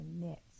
next